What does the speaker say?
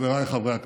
חבריי חברי הכנסת,